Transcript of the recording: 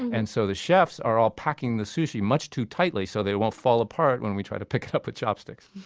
and so the chefs are all packing the sushi much too tightly so it won't fall apart when we try to pick it up with chopsticks